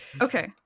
okay